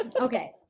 okay